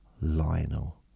Lionel